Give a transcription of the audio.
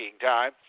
time